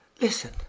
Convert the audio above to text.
Listen—